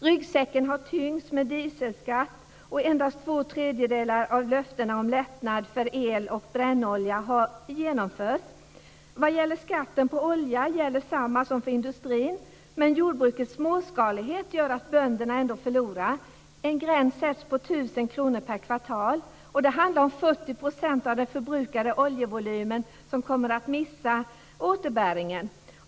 Ryggsäcken har tyngts med dieselskatt, och endast två tredjedelar av löftena om lättnad för el och brännolja har genomförts. Vad beträffar skatten på olja gäller samma som för industrin, men jordbrukets småskalighet gör att bönderna ändå förlorar. En gräns sätts på tusen kronor per kvartal. Det handlar om att de bönder som förbrukar 40 % av oljevolymen kommer att missa återbäringen.